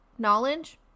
knowledge